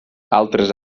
altres